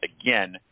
again